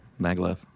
Maglev